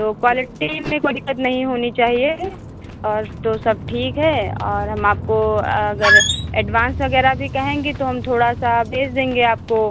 तो क्वालिटी में कोई दिक़्क़त नहीं होनी चाहिए और तो सब ठीक है और हम आपको अगर एडवांस वग़ैरह भी कहेंगी तो हम थोड़ा सा भेज देंगे आपको